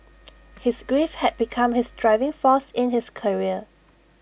his grief had become his driving force in his career